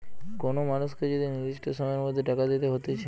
কোন মানুষকে যদি নির্দিষ্ট সময়ের মধ্যে টাকা দিতে হতিছে